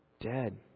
dead